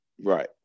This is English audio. Right